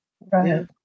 Right